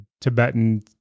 Tibetan